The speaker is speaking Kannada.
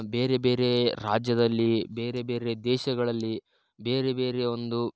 ಬೇರೆ ಬೇರೆ ರಾಜ್ಯದಲ್ಲಿ ಬೇರೆ ಬೇರೆ ದೇಶಗಳಲ್ಲಿ ಬೇರೆ ಬೇರೆ ಒಂದು